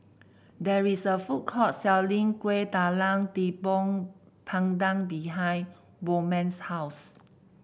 there is a food court selling Kueh Talam Tepong Pandan behind Bowman's house